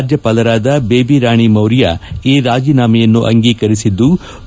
ರಾಜ್ಯಪಾಲರಾದ ಬೇಬಿ ರಾಣಿ ಮೌರ್ಯ ಈ ರಾಜೀನಾಮೆಯನ್ನು ಅಂಗೀಕರಿಸಿದ್ಲು